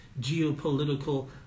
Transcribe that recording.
geopolitical